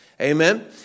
Amen